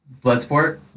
Bloodsport